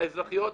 האזרחיות,